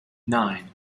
nine